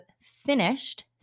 finished